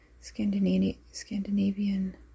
Scandinavian